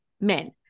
men